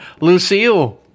Lucille